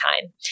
time